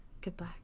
goodbye